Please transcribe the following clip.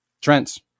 Trent